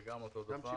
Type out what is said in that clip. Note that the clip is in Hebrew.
זה גם אותו דבר.